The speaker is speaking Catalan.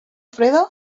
freda